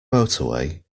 motorway